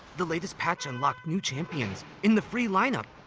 the latest patch unlocked new champions in the free lineup,